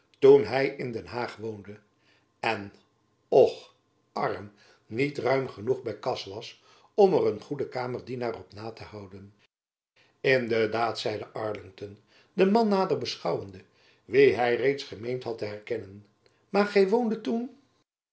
toen hy in den haag woonde en och arm niet ruim genoeg by kas was om er een goeden kamerdienaar op na te houden in de daad zeide arlington den man nader beschouwende wien hy reeds gemeend had te herkennen maar gy woondet toen